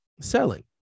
selling